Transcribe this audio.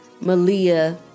malia